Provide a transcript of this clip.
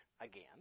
again